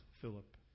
Philip